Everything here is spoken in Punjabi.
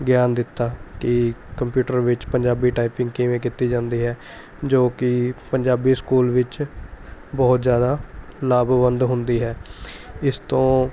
ਗਿਆਨ ਦਿੱਤਾ ਕਿ ਕੰਪਿਊਟਰ ਵਿੱਚ ਪੰਜਾਬੀ ਟਾਈਪਿੰਗ ਕਿਵੇਂ ਕੀਤੀ ਜਾਂਦੀ ਹੈ ਜੋ ਕਿ ਪੰਜਾਬੀ ਸਕੂਲ ਵਿੱਚ ਬਹੁਤ ਜ਼ਿਆਦਾ ਲਾਭਵੰਦ ਹੁੰਦੀ ਹੈ ਇਸ ਤੋਂ